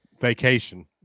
Vacation